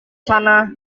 sana